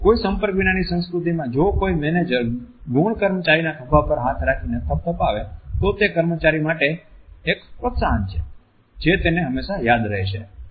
કોઈ સંપર્ક વિનાની સંસ્કૃતિમાં જો કોઈ મેનેજર ગૌણ કર્મચારીના ખભા પર હાથ રાખીને થપથપાવે તો તે કર્મચારી માટે તે એક પ્રોત્સાહન છે જે તેને હંમેશા યાદ રહે છે